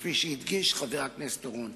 כפי שהדגיש חבר הכנסת אורון.